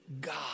God